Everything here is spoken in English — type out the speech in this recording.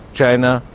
china,